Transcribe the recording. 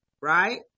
right